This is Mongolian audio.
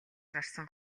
гарсан